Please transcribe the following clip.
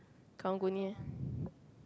karang-guni eh